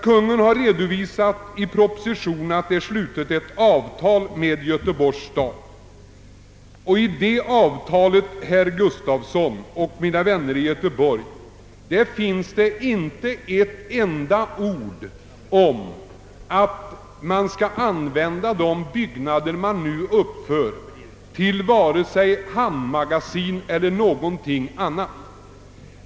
Kungl. Maj:t har i propositionen redovisat det avtal som är slutet med Göteborgs stad. I det avtalet, herr Gustafson i Göteborg och mina vänner i Göteborg, finns inte ett enda ord om att man skall använda de byggnader man nu uppför till vare sig hamnmagasin eller någonting annat.